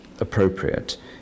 appropriate